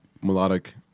melodic